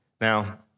Now